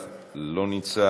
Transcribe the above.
אל תפריע.